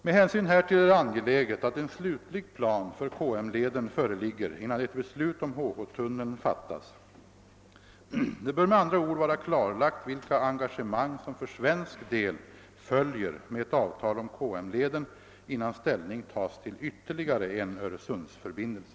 Med hänsyn härtill är det angeläget att en slutlig plan för KM-leden föreligger innan ett beslut om HH-tunneln fattas. Det bör med andra ord vara klarlagt vilka engagemang som för svensk del följer med ett avtal om KM-leden innan ställning tas till ytterligare en Öresundsförbindelse.